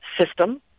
system